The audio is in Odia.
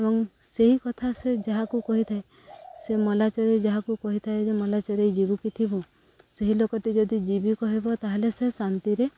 ଏବଂ ସେହି କଥା ସେ ଯାହାକୁ କହିଥାଏ ସେ ମଲା ଚରେଇ ଯାହାକୁ କହିଥାଏ ଯେ ମଲା ଚରେଇ ଯିବୁ କି ଥିବୁ ସେହି ଲୋକଟି ଯଦି ଯିବି କହିବ ତା'ହେଲେ ସେ ଶାନ୍ତିରେ